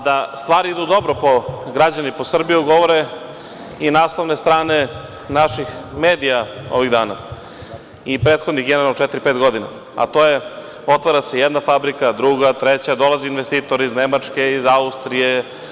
Da stvari idu dobro po građane i po Srbiju govore i naslovne strane naših medija ovih dana i prethodnih četiri, pet godina, a to je – otvara se jedna fabrika, druga, treća, dolaze investitori iz Nemačke, iz Austrije.